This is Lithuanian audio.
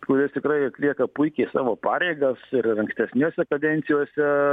kuris tikrai atlieka puikiai savo pareigas ir ankstesnėse kadencijose